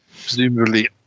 presumably